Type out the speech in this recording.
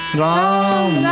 ram